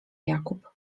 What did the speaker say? jakub